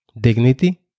dignity